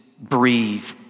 breathe